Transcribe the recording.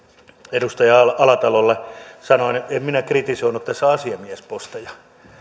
edustaja alatalolle sanon en minä kritisoinut tässä asiamiesposteja